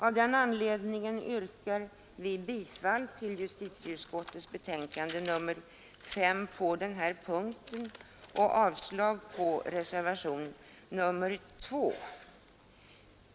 Av den anledningen yrkar jag bifall till justitieutskottets betänkande på den här punkten och avslag på reservationen 2.